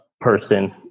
person